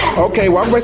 okay? alright,